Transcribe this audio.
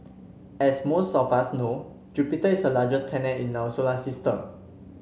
as most of us know Jupiter is the largest planet in our solar system